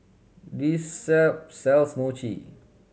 this s sells Mochi